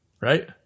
right